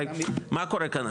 הרי מה קורה כאן?